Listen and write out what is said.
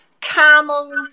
camels